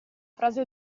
frase